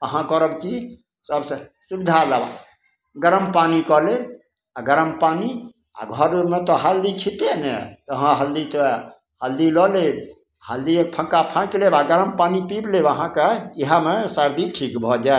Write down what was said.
अहाँ करब कि सबसे सुविधा दवाइ गरम पानी कऽ लेब गरम पानी आओर घरोमे तऽ हल्दी छिकै ने तऽ हँ हल्दी तऽ यऽ तऽ हल्दी लऽ लेब हल्दी एक फक्का फाँकि लेब आओर गरम पानी पीबि लेब अहाँके इएहमे सरदी ठीक भऽ जाएत